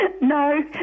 No